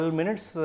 minutes